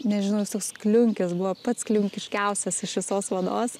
nežinau jis toks kliunkis buvo pats kliunkiškiausias iš visos vados